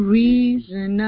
reason